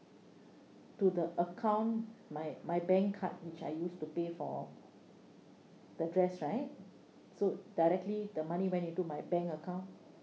to the account my my bank card which I used to pay for the dress right so directly the money went into my bank account